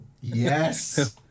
yes